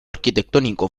arquitectónico